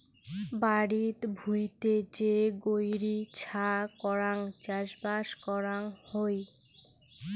বাড়িত ভুঁইতে যে গৈরী ছা করাং চাষবাস করাং হই